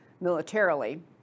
militarily